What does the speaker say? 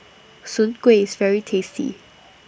Soon Kueh IS very tasty